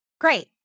Great